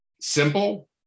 simple